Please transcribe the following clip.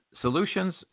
solutions